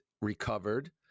recovered